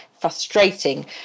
frustrating